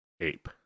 ape